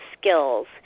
skills